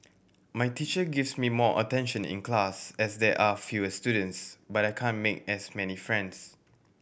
my teacher gives me more attention in class as there are fewer students but I can't make as many friends